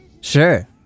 Sure